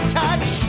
touch